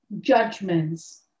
judgments